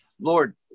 Lord